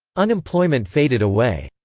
unemployment faded away.